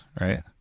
right